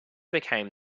became